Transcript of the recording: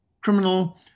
criminal